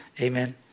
Amen